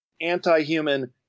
anti-human